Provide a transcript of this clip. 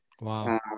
Wow